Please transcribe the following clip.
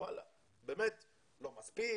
הייתי שם לנו כנושא לראות איך אנחנו מטפלים בהם בטווח ארוך,